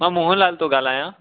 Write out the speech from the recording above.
मां मोहनलाल थो ॻाल्हायां